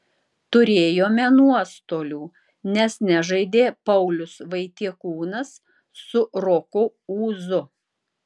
turėjome nuostolių nes nežaidė paulius vaitiekūnas su roku ūzu